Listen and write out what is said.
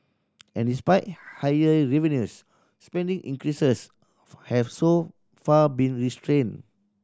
and despite higher revenues spending increases have so far been restrained